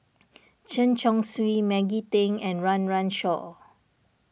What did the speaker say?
Chen Chong Swee Maggie Teng and Run Run Shaw